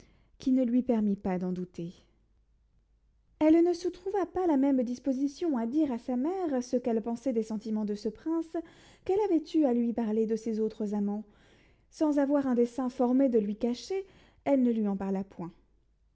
qui ne lui permît pas d'en douter elle ne se trouva pas la même disposition à dire à sa mère ce qu'elle pensait des sentiments de ce prince qu'elle avait eue à lui parler de ses autres amants sans avoir un dessein formé de lui cacher elle ne lui en parla point